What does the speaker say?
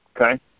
okay